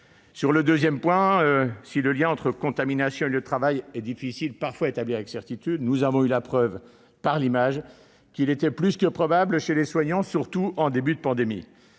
Sur le second point, si le lien entre contamination et lieu de travail est difficile à établir avec certitude, nous avons eu la preuve, par l'image, qu'il était plus que probable chez les soignants, surtout en début de pandémie.